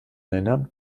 erinnern